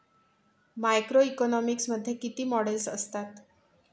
Macroeconomics मध्ये किती models असतात?